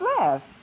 left